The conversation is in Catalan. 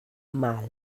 mal